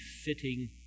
fitting